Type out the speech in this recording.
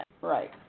Right